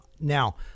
now